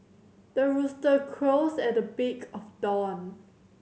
the rooster crows at the break of dawn